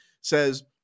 says